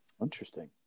interesting